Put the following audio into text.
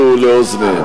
משהו לאוזניהם.